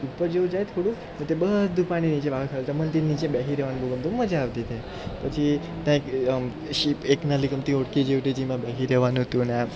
ઉપર જેવું જાય થોડુંક ને તે બધું પાણી નીચે બાહલ ખરતા મને તે નીચે બેસી રહેવાનું બહુ ગમતું હતું મજા આવતી ત્યાં પછી ત્યાં એક આમ શીપ એક નાલી ગમતી જેવી હતી જેમાં બેસી રહેવાનું હતુંને આ